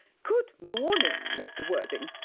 good morning, mr. worthing!